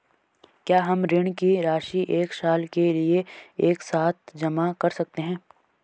क्या हम ऋण की राशि एक साल के लिए एक साथ जमा कर सकते हैं?